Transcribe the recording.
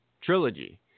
trilogy